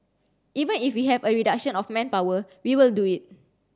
even if we have a reduction of manpower we will do it